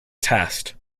test